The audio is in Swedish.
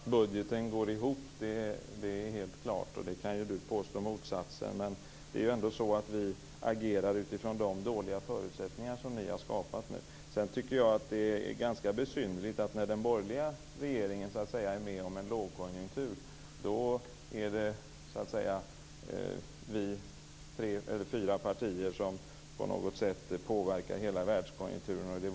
Fru talman! Det är helt klart att budgeten går ihop. Sonia Karlsson kan ju påstå motsatsen. Men vi agerar ändå utifrån de dåliga förutsättningar som ni socialdemokrater har skapat. Jag tycker att det är ganska besynnerligt att när den borgerliga regeringen upplever en lågkonjunktur är det vi i de fyra borgerliga partierna som påverkar hela världskonjunkturen.